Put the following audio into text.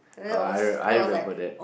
oh I re~ I remember that